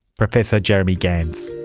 professor jeremy gans.